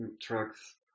trucks